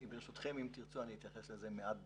ברשותכם, אם תרצו, אני אתייחס לזה מעט בהמשך.